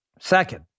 Second